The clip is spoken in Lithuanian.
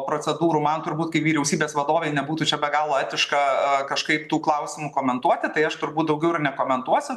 procedūrų man turbūt kai vyriausybės vadovei nebūtų čia be galo etiška kažkaip tų klausimų komentuoti tai aš turbūt daugiau ir nekomentuosiu